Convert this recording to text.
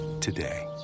today